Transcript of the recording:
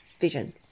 vision